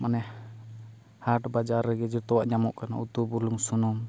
ᱢᱟᱱᱮ ᱦᱟᱴ ᱵᱟᱡᱟᱨ ᱨᱮᱜᱮ ᱡᱚᱛᱚᱣᱟᱜ ᱧᱟᱢᱚᱜ ᱠᱟᱱᱟ ᱩᱛᱩ ᱵᱩᱞᱩᱝ ᱥᱩᱱᱩᱢ